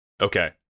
Okay